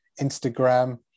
Instagram